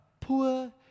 poor